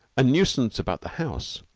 a nuisance about the house,